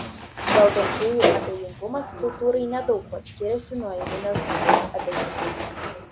valdančiųjų abejingumas kultūrai nedaug kuo skiriasi nuo eilinio žmogaus abejingumo